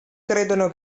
credono